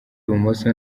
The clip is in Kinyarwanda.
bumoso